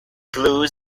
glue